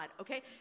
okay